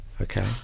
Okay